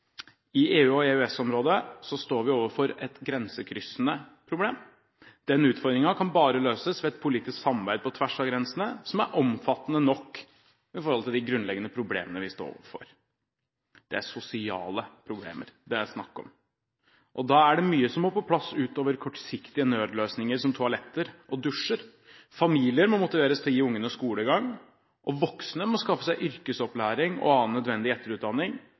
I EU og EØS-området står vi overfor et grensekryssende problem. Den utfordringen kan bare løses ved et politisk samarbeid på tvers av grensene som er omfattende nok i forhold til de grunnleggende problemene vi står overfor. Det er sosiale problemer det er snakk om, og da er det mye som må på plass, utover kortsiktige nødløsninger som toaletter og dusjer. Familier må motiveres til å gi ungene skolegang, og voksne må skaffe seg yrkesopplæring og annen nødvendig etterutdanning,